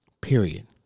Period